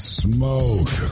smoke